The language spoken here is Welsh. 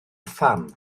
pham